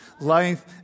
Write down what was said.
Life